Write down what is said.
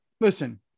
listen